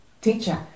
teacher